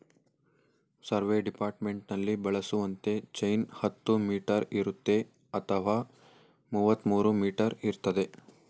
survey ಡಿಪಾರ್ಟ್ಮೆಂಟ್ನಲ್ಲಿ ಬಳಸುವಂತ chain ಹತ್ತು ಮೀಟರ್ ಇರುತ್ತೆ ಅಥವಾ ಮುವತ್ಮೂರೂ ಮೀಟರ್ ಇರ್ತದೆ